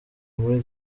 muri